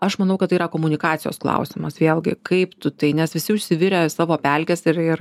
aš manau kad tai yra komunikacijos klausimas vėlgi kaip tu tai nes visi užsivirę savo pelkėse ir ir